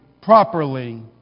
properly